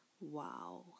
wow